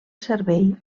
servei